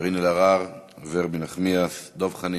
קארין אלהרר, נחמיאס ורבין, דב חנין.